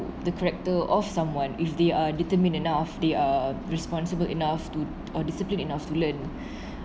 the character of someone if they are determined enough they are responsible enough to or discipline enough to learn